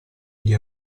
gli